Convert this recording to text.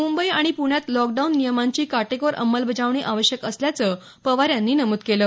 मुंबई आणि पुण्यात लॉकडाऊन नियमांची काटेकोर अंमलबजावणी आवश्यक असल्याचं पवार यांनी नमूद केलं